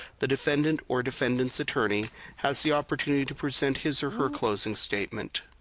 the defendant or defendant s attorney has the opportunity to present his or her closing statement.